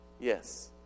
Yes